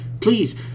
Please